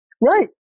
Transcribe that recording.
Right